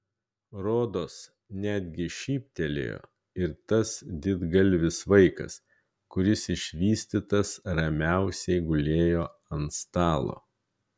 rodos netgi šyptelėjo ir tas didgalvis vaikas kuris išvystytas ramiausiai gulėjo ant stalo